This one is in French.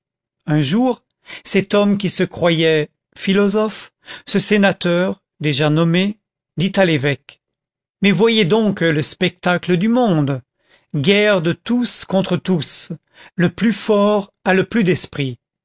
un jour cet homme qui se croyait philosophe ce sénateur déjà nommé dit à l'évêque mais voyez donc le spectacle du monde guerre de tous contre tous le plus fort a le plus d'esprit